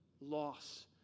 loss